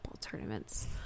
tournaments